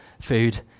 food